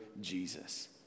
Jesus